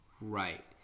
Right